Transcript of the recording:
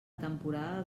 temporada